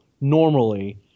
normally